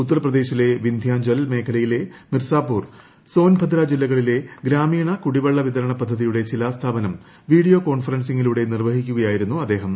ഉത്തർപ്രദേശിലെ വിന്ധ്യാഞ്ചൽ മേഖലയിലെ മിർസാപൂർ സോൻഭദ്ര ജില്ലകളിലെ ഗ്രാമീണ കുടിവെള്ള വിതരണ പദ്ധതിയുടെ ്ട് വീഡിയോ കോൺഫറൻസിലൂടെ നിർവഹിക്കുകയായിരുന്നു അദ്ദേഹം